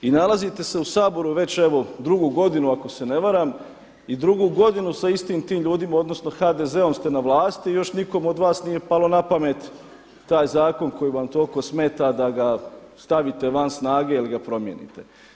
I nalazite se u Saboru već evo drugu godinu, ako se ne varam i drugu godinu sa istim tim ljudima odnosno HDZ-om ste na vlasti i još nikome od vas nije palo na pamet taj zakon koji vam toliko smeta da ga stavite van snage ili ga promijenite.